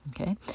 Okay